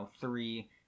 three